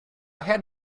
had